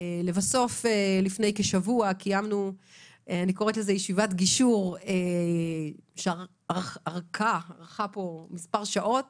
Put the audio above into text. ולפני כשבוע קיימנו ישיבת גישור שארכה כמה שעות